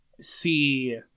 see